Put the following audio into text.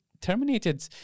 terminated